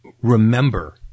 remember